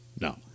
no